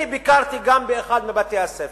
אני ביקרתי גם באחד מבתי-הספר,